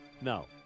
No